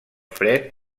fred